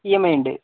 E M I ഉണ്ട്